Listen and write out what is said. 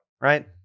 right